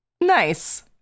Nice